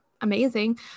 amazing